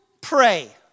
pray